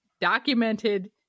documented